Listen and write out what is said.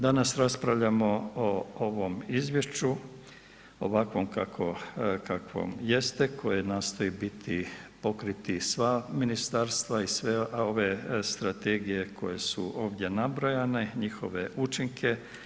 Danas raspravljamo o ovom izvješću ovakvom kakvo jeste, koje nastoji biti, pokriti sva ministarstva i sve ove strategije koje su ovdje nabrojane, njihove učinke.